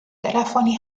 telefoni